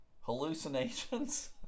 Hallucinations